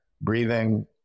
breathing